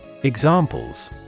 Examples